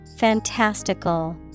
Fantastical